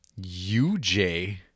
UJ